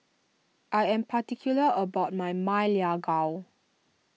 I am particular about my Ma Lai Gao